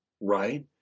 right